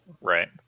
Right